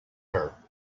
her